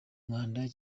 cyane